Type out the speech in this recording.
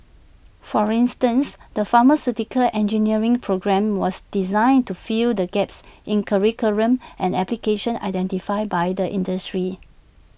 for instance the pharmaceutical engineering programme was designed to fill the gaps in curriculum and application identified by the industry